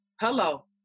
hello